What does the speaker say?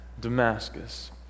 Damascus